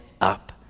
up